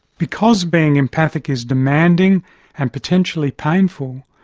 because being empathic is demanding and potentially painful,